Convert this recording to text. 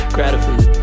Gratitude